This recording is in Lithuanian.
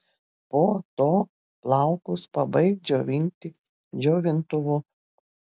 po to plaukus pabaik džiovinti džiovintuvu